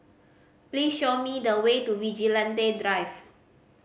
please show me the way to Vigilante Drive